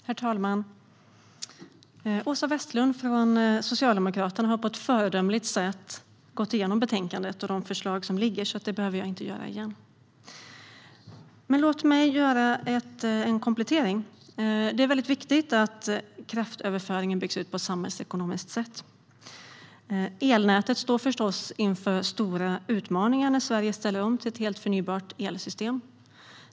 Herr talman! Åsa Westlund från Socialdemokraterna har på ett föredömligt sätt gått igenom betänkandet och de förslag som föreligger, så det behöver jag inte göra igen. Låt mig dock göra en komplettering. Det är viktigt att kraftöverföringen byggs ut på ett samhällsekonomiskt sätt. Elnätet står förstås inför stora utmaningar när Sverige ställer om till ett helt förnybart elsystem.